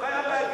מראה מלבב.